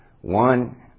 One